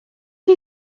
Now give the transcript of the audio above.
chi